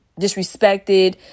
Disrespected